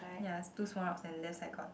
ya two small rocks and left side got